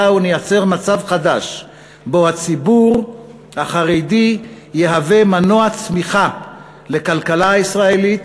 ונייצר מצב חדש שבו הציבור החרדי יהווה מנוע צמיחה לכלכלה הישראלית,